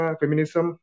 feminism